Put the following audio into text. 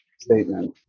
statement